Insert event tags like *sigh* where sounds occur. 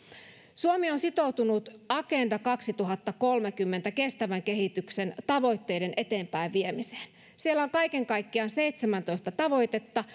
suomi on sitoutunut agenda kaksituhattakolmekymmentän kestävän kehityksen tavoitteiden eteenpäinviemiseen siellä on kaiken kaikkiaan seitsemäntoista tavoitetta *unintelligible*